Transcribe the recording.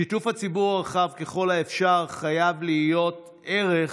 שיתוף הציבור הרחב ככל האפשר חייב להיות ערך